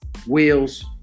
wheels